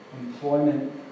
employment